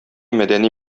мәдәни